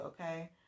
okay